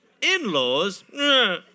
In-laws